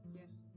Yes